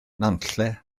nantlle